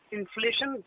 Inflation